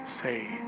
Say